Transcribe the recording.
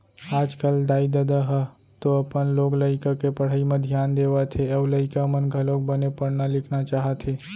आजकल दाई ददा ह तो अपन लोग लइका के पढ़ई म धियान देवत हे अउ लइका मन घलोक बने पढ़ना लिखना चाहत हे